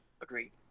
Agreed